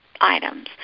items